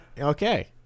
okay